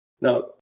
Now